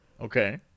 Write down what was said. Okay